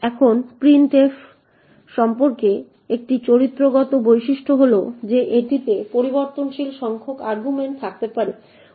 এখন printf সম্পর্কে একটি চরিত্রগত বৈশিষ্ট্য হল যে এটিতে পরিবর্তনশীল সংখ্যক আর্গুমেন্ট থাকতে পারে